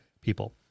people